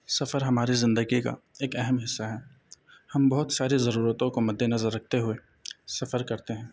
سفر ہماری زندگی کا ایک اہم حصہ ہے ہم بہت ساری ضرورتوں کو مد نظر رکھتے ہوئے سفر کرتے ہیں